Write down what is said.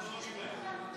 חנוך,